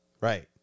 Right